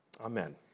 Amen